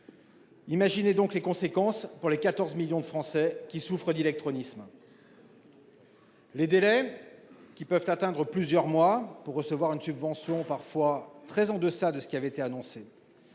peuvent se passer pour les 14 millions de Français qui souffrent d'illectronisme ! Ensuite, les délais, qui peuvent atteindre plusieurs mois, pour recevoir une subvention parfois très en deçà de ce qui avait été annoncé.